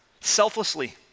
selflessly